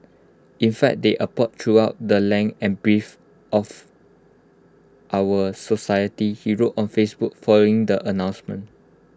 in fact they abound throughout the length and breadth of our society he wrote on Facebook following the announcement